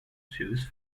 jewish